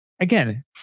again